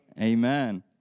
Amen